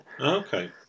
Okay